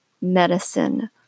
medicine